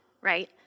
right